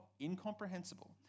incomprehensible